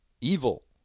Evil